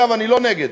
אגב, אני לא נגד.